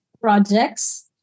projects